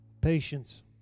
patience